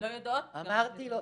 אמרתי לו,